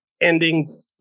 ending